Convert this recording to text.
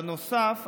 בנוסף,